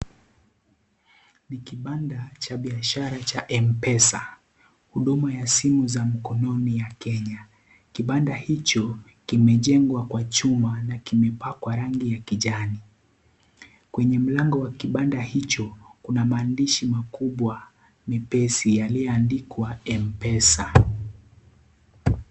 Ni kibanda cha biashara cha mpesa huduma ya simu za mkononi ya kenya kibanda hicho kimejengwa kwa chuma na kimepakwa rangi ya kijani kwenye mlango wa kibanda hicho kuna maandishi makubwa nyepesi yaliyo andikwa mpesa.